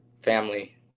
family